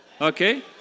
Okay